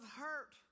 hurt